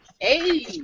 Hey